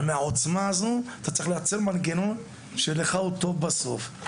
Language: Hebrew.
ומהעוצמה הזו אתה צריך לייצר מנגנון שיהיה לך אותו בסוף.